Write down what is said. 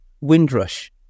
Windrush